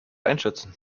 einschätzen